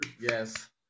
Yes